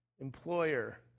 employer